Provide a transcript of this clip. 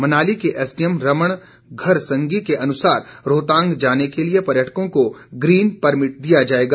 मनाली के एसडीएम रमण घरसंगी के अनुसार रोहतांग जाने के लिये पर्यटकों को ग्रीन परमिट दिया जाएगा